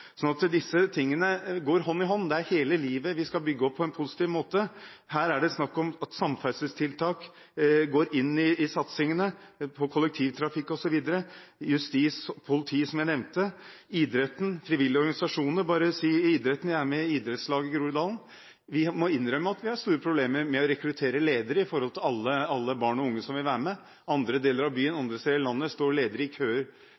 Disse tingene går hånd i hånd; det er hele livet vi skal bygge opp på en positiv måte. Her er det snakk om at samferdselstiltak går inn i satsingene, kollektivtrafikk osv., justis og politi, de som jeg nevnte, idretten, frivillige organisasjoner. Jeg er med i idrettslaget i Groruddalen. Vi må innrømme at vi har store problemer med å rekruttere ledere med tanke på alle barn og unge som vil være med. I andre deler av byen og i